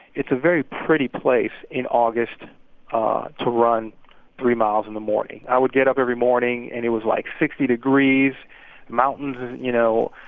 it's a very pretty place in august ah to run three miles in the morning. i would get up every morning, and it was like sixty degrees mountains, you know,